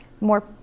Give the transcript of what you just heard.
more